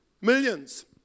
Millions